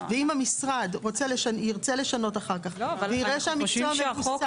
ואם המשרד ירצה לשנות אחר כך ויראה שהמקצוע מבוסס